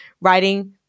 writing